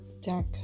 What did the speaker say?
deck